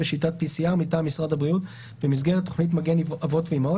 בשיטת PCR מטעם משרד הבריאות במסגרת תכנית "מגן אבות ואימהות",